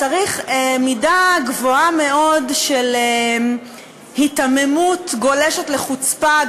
צריך מידה גדולה מאוד של היתממות גולשת לחוצפה,